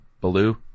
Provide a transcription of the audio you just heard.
Baloo